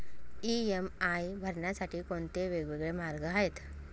EMI भरण्यासाठी कोणते वेगवेगळे मार्ग आहेत?